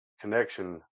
connection